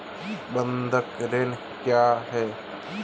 बंधक ऋण क्या है?